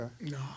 No